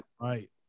right